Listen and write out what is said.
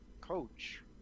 coach